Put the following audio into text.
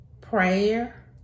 Prayer